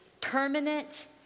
permanent